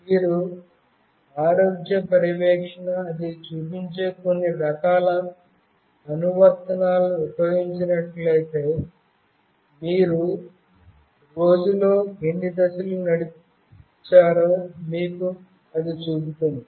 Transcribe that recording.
మీరు ఆరోగ్య పర్యవేక్షణ అది చూపించేకొన్ని రకాల అనువర్తనాలను ఉపయోగించినట్లయితే మీరు రోజులో ఎన్ని దశలు నడిచారో అది మీకు చూపుతుంది